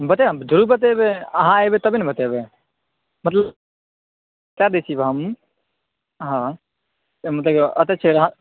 बतेबै हम जरुर बतेबै अहाँ एबै तबे ने बतेबै मतलब हँ मतलब कि ओतऽ छै